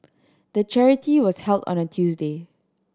the charity was held on a Tuesday